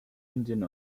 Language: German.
indien